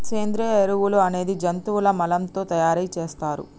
సేంద్రియ ఎరువులు అనేది జంతువుల మలం తో తయార్ సేత్తర్